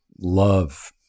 love